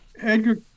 Edgar